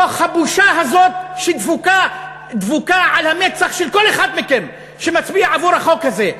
בתוך הבושה הזאת שדבוקה על המצח של כל אחד מכם שמצביע עבור החוק הזה.